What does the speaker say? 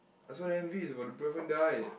ah so the M_V is about the boyfriend died